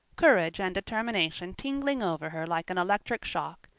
courage and determination tingling over her like an electric shock.